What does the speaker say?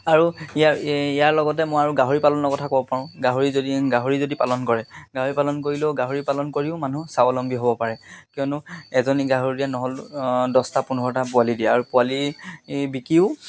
আৰু ইয়াৰ ইয়াৰ লগতে মই আৰু গাহৰি পালনৰ কথা ক'ব পাৰোঁ গাহৰি যদি গাহৰি যদি পালন কৰে গাহৰি পালন কৰিলেও গাহৰি পালন কৰিও মানুহ স্বাৱলম্বী হ'ব পাৰে কিয়নো এজনী গাহৰি নহ'ল দছটা পোন্ধৰটা পোৱালি দিয়ে আৰু পোৱালি বিকিও